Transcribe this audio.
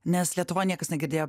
nes lietuvoj niekas negirdėjo